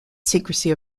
secrecy